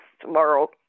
tomorrow